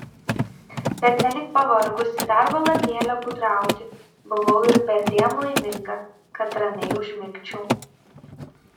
pernelyg pavargusi dar valandėlę būdrauti buvau ir perdėm laiminga kad ramiai užmigčiau